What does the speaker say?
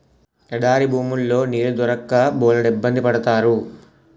ఎడారి భూముల్లో నీళ్లు దొరక్క బోలెడిబ్బంది పడతారు